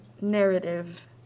narrative